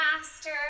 master